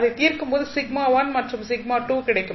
அதைத் தீர்க்கும் போது மற்றும் கிடைக்கும்